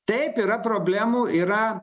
taip yra problemų yra